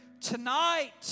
tonight